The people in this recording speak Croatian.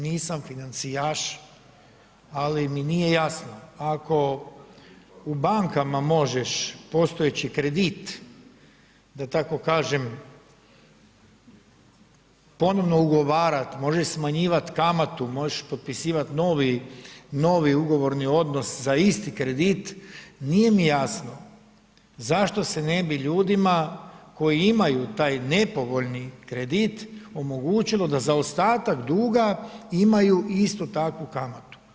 Nisam financijaš ali mi nije jasno, ako u bankama možeš postojeći kredit da tako kažem ponovno ugovarati, možeš smanjivati kamatu, možeš potpisivati novi ugovorni odnos za isti kredit, nije mi jasno zašto se ne bi ljudima koji imaju taj nepovoljni kredit omogućilo da za ostatak duga i maju isto takvu kamatu.